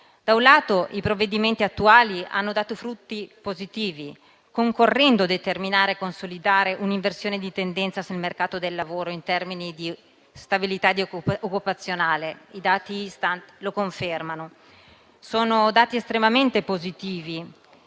Da un lato, i provvedimenti attuali hanno dato frutti positivi, concorrendo a determinare e consolidare un'inversione di tendenza sul mercato del lavoro in termini di stabilità occupazionale. I dati Istat lo confermano: sono dati estremamente positivi,